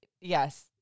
yes